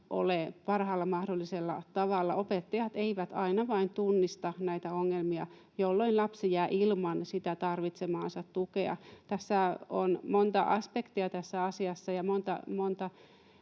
parhaalla mahdollisella tolalla. Opettajat eivät aina vain tunnista näitä ongelmia, jolloin lapsi jää ilman sitä tarvitsemaansa tukea. Tässä asiassa on monta aspektia ja monta